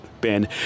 Ben